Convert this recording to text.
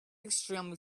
extremely